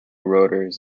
rotors